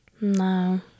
No